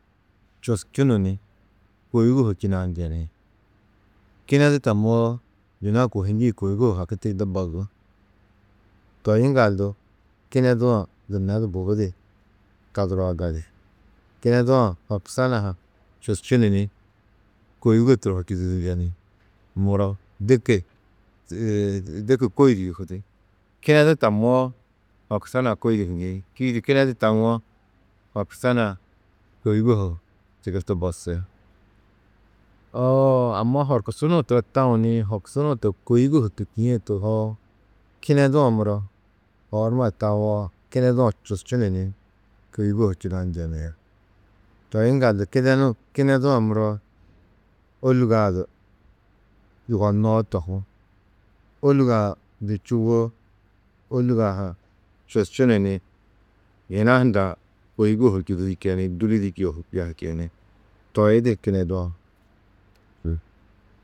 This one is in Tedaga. Čusčunu ni kôigo ho činaa njeni, kinedu tamoo, yunu a kohîĩ njîĩ kôigo ho haki de bozú. Toi yiŋgaldu kinedu-ã gunna du gubudi taduroo gali. Kinedu-ã horkusa nuã ha čusčunu ni kôigo turo ho čûdudu njeni, muro diki kôi di yûhudú. Kinedu tamoo, horkusa nuã kôi di hûdiĩ, čîidi kinedu tawo horkusa nuã kôigo ho tigirtu bosi. amma horkusu nuũ turo taũ ni horkusu nuʊ to kôigo ho tûkie tohoo, kinedu-ã muro oor numa du tawo, kinedu-ã čusčunu ni kôigo ho činaa njeni. Toi yiŋgaldu kinedu-ã muro, ôlugo-ã du yugonnoo tohú. Ôlugo-ã du čûwo, ôlugo-ã ha čusčunu ni yina hundã kôigo ho čûdudu čeni, dûli di čeni, toi di kinedu-ã.